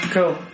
Cool